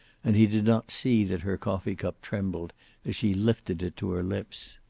and he did not see that her coffee-cup trembled as she lifted it to her lips.